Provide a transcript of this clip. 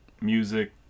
music